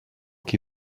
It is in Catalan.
qui